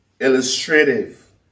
Illustrative